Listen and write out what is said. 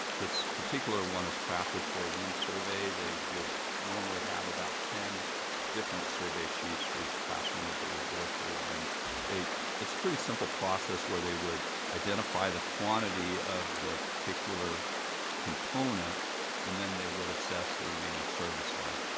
this particular one is crafted for a room survey. they would normally have about ten different survey sheets for each classroom that they would go through and then they it's a pretty simple process where they would identify the quantity quantity of the particular component and then they would assess the remaining service life.